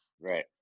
Right